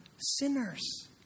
sinners